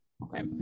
Okay